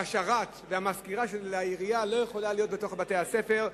והשרת והמזכירה של העירייה לא יכולים להיות בתוך בתי-הספר,